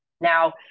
now